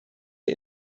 der